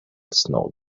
snow